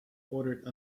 ordered